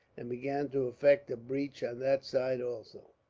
and began to effect a breach on that side, also.